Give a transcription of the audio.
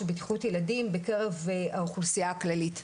בטיחות ילדים בקרב האוכלוסייה הכללית.